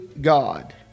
God